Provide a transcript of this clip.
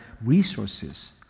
resources